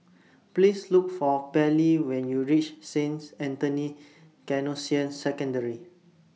Please Look For Pairlee when YOU REACH Saint Anthony's Canossian Secondary